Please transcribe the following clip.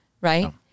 right